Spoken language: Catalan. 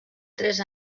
tres